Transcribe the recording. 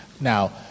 Now